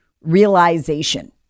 realization